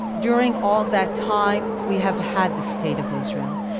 during all that time we have had the state of israel.